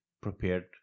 prepared